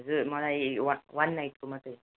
हजुर मलाई one one नाइटको मात्र